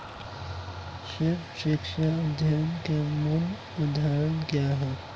सर्व शिक्षा अभियान का मूल उद्देश्य क्या है?